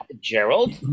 Gerald